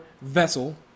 vessel